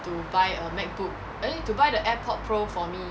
to buy a macbook eh to buy the airpods pro for me